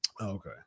Okay